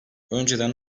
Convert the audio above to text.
önceden